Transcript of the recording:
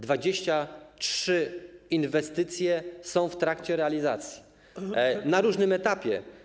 23 inwestycje są w trakcie realizacji, na różnym etapie.